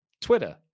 Twitter